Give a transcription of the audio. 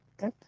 Okay